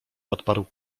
odparł